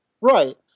Right